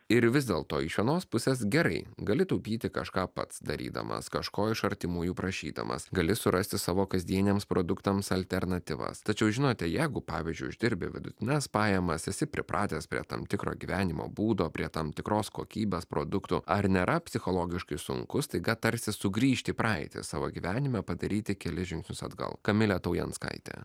ir vis dėlto iš vienos pusės gerai gali taupyti kažką pats darydamas kažko iš artimųjų prašydamas gali surasti savo kasdieniams produktams alternatyvas tačiau žinote jeigu pavyzdžiui uždirbi vidutines pajamas esi pripratęs prie tam tikro gyvenimo būdo prie tam tikros kokybės produktų ar nėra psichologiškai sunku staiga tarsi sugrįžti į praeitį savo gyvenime padaryti kelis žingsnius atgal kamilė taujanskaitė